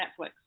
Netflix